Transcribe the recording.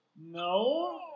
No